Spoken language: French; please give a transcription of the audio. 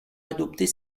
adopter